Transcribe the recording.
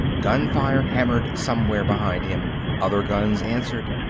gunfire hammered somewhere behind him other guns answered.